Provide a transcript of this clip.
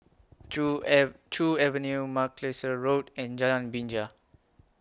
Joo Joo Avenue Macalister Road and Jalan Binja